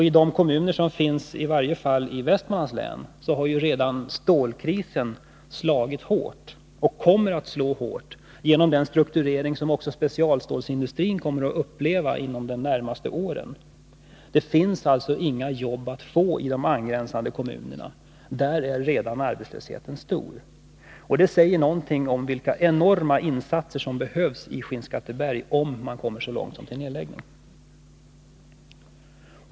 I de kommuner som finns i varje fall i Västmanlands län har stålkrisen redan slagit hårt, och den kommer att slå hårt genom den strukturering som också specialstålsindustrin kommer att uppleva inom de närmaste åren. Det finns alltså inga jobb att få i de angränsande kommunerna — där är arbetslösheten redan stor. Det säger något om vilka enorma insatser som behövs i Skinnskatteberg, om man kommer så långt som till en nedläggning.